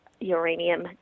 uranium